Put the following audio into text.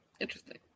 Interesting